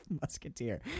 musketeer